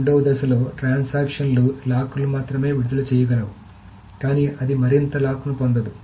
రెండవ దశలో ట్రాన్సాక్షన్ లు లాక్లను మాత్రమే విడుదల చేయగలవు కానీ అది మరింత లాక్లను పొందదు